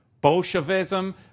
Bolshevism